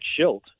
Schilt